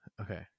Okay